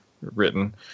written